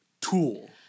tool